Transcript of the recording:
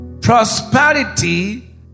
Prosperity